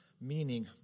meaning